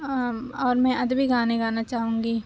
اور میں ادبی گانے گانا چاہوں گی